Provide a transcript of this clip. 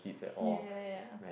ya ya ya